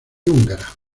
húngara